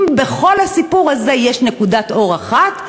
אם בכל הסיפור הזה יש נקודת אור אחת,